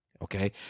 Okay